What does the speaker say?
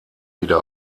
wieder